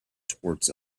towards